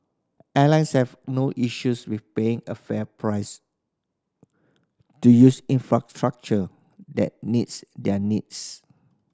airlines have no issues with paying a fair price to use infrastructure that meets their needs